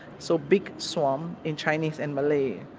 so big swamp in chinese and malay.